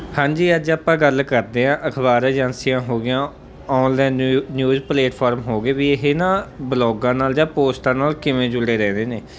ਹਾਂਜੀ ਅੱਜ ਆਪਾਂ ਗੱਲ ਕਰਦੇ ਹਾਂ ਅਖਬਾਰ ਏਜੰਸੀਆਂ ਹੋ ਗਈਆਂ ਔਨਲਾਈਨ ਨਿਊਜ਼ ਨਿਊਜ਼ ਪਲੇਟਫਾਰਮ ਹੋ ਗਏ ਵੀ ਇਹ ਨਾ ਬਲੋਗਾਂ ਨਾਲ ਜਾਂ ਪੋਸਟਾਂ ਨਾਲ ਕਿਵੇਂ ਜੁੜੇ ਰਹਿਦੇ ਨੇ